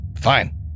Fine